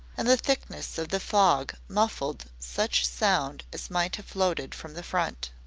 and the thickness of the fog muffled such sound as might have floated from the front.